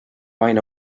aina